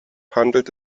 handelt